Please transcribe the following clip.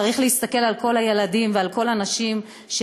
צריך להסתכל על כל הילדים ועל כל הנשים שמבריחים